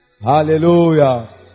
Hallelujah